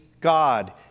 God